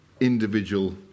individual